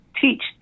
teach